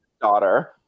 daughter